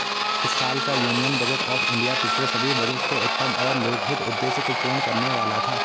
इस साल का यूनियन बजट ऑफ़ इंडिया पिछले सभी बजट से उत्तम और लोकहित उद्देश्य को पूर्ण करने वाला था